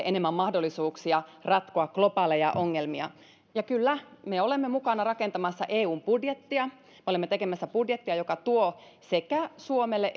enemmän mahdollisuuksia ratkoa globaaleja ongelmia ja kyllä me olemme mukana rakentamassa eun budjettia olemme tekemässä budjettia joka tuo sekä suomelle